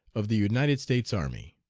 of the united states army.